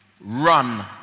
Run